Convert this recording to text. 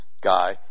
guy